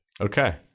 Okay